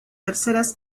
terceras